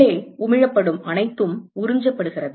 உள்ளே உமிழப்படும் அனைத்தும் உறிஞ்சப்படுகிறது